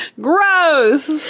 Gross